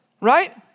right